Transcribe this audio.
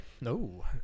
No